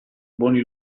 buoni